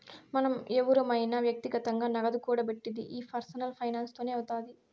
మనం ఎవురమైన వ్యక్తిగతంగా నగదు కూడబెట్టిది ఈ పర్సనల్ ఫైనాన్స్ తోనే అవుతాది